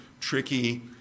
tricky